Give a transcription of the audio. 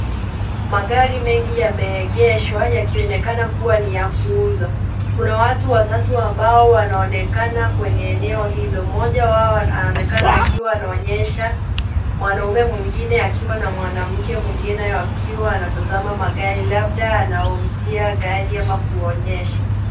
Magari mengi yameegeshwa yakionekana kuwa ni ya kuuza. Kuna watu watatu ambao wanaonekana kwenye eneo hilo, mmoja wao anaonekana akiwa anaonyesha mwanaume mwingine akiwa na mwanamke mwingine wakiwa wanatazama magari labda anawauzia gari ama kuwaonyesha.